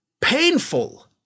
painful